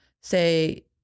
say